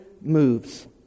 moves